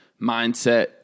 mindset